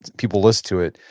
people listen to it.